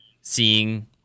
seeing